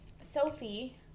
Sophie